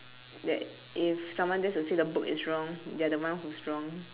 that if someone dares to say the book is wrong they are the one who's wrong